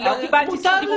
אני לא קיבלתי זכות דיבור,